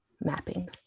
mapping